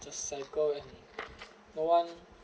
just cycle and no one